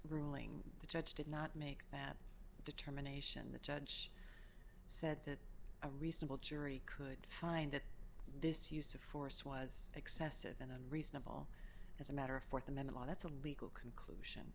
ruling the judge did not make that determination the judge said that a reasonable jury could find that this use of force was excessive an unreasonable as a matter of th amendment that's a legal c